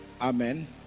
Amen